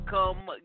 Come